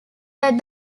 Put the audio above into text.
that